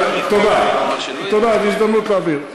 תודה, זו הזדמנות להבהיר.